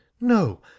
no